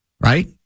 right